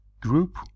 group